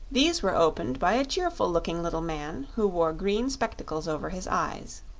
these were opened by a cheerful-looking little man who wore green spectacles over his eyes.